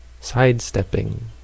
sidestepping